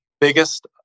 biggest